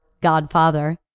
godfather